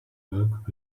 work